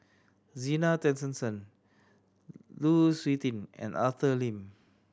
Zena Tessensohn Lu Suitin and Arthur Lim